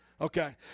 Okay